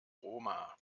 roma